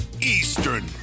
Eastern